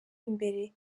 imbere